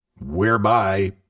whereby